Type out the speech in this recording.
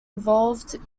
evolved